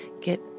get